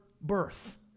birth